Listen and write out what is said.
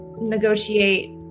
negotiate